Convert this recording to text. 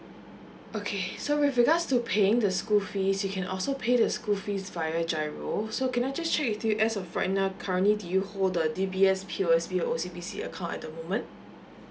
okay so with regards to paying the school fees you can also pay the school fees via GIRO so can I just check with you as of right now currently do you hold the D_B_S P_O_S_B O_C_B_C account at the moment